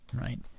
right